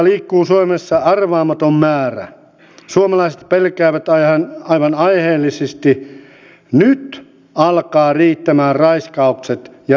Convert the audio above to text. tuleva sote uudistus tulee olemaan lähitulevaisuuden suurin haaste ja jotta säästötavoitteisiin päästäisiin julkiset palvelut toimisivat ja